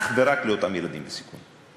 אך ורק לאותם ילדים בסיכון.